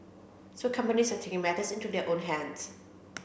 so companies are taking matters into their own hands